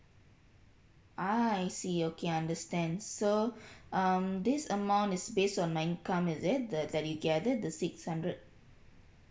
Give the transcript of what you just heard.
ah I see okay I understand so um this amount is based on my income is it that that you gather the six hundred